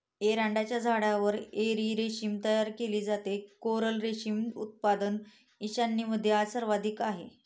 एरंडाच्या झाडावर एरी रेशीम तयार केले जाते, कोरल रेशीम उत्पादन ईशान्येमध्ये सर्वाधिक आहे